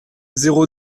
zéro